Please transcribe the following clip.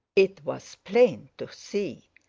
it was plain to see,